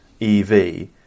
EV